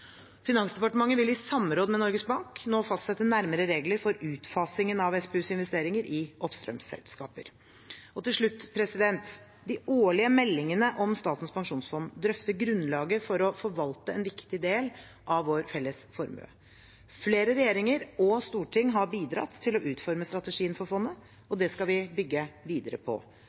Finansdepartementet vil i samråd med Norges Bank nå fastsette nærmere regler for utfasingen av SPUs investeringer i oppstrømsselskaper. Til slutt: De årlige meldingene om Statens pensjonsfond drøfter grunnlaget for å forvalte en viktig del av vår felles formue. Flere regjeringer og storting har bidratt til å utforme strategien for fondet, og det skal vi bygge videre på.